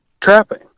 trapping